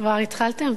כבר התחלת?